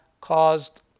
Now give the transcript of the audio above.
caused